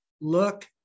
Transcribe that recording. look